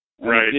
Right